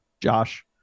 Josh